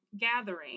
gathering